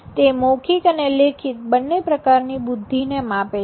તે મૌખિક અને લેખિત બંને પ્રકારની બુદ્ધિને માપે છે